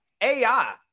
AI